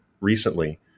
recently